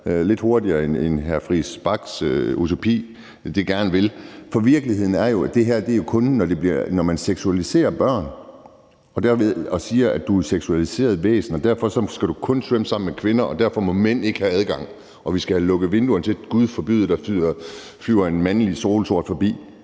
i hr. Christian Friis Bachs utopi gerne vil. For virkeligheden er jo, at det kun er, når man seksualiserer pigebørn og siger: Du er et seksuelt væsen, og derfor skal du kun svømme sammen med kvinder; derfor må mænd ikke have adgang, og vi skal have dækket vinduerne til, for gud forbyde, at der flyver en solsortehan forbi.